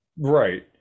Right